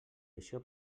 això